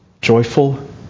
joyful